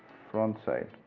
front side.